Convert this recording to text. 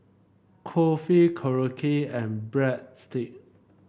Kulfi Korokke and Breadstick